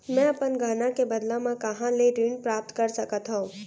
मै अपन गहना के बदला मा कहाँ ले ऋण प्राप्त कर सकत हव?